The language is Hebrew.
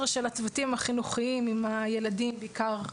של הצוותים החינוכיים עם הילדים בעיקר,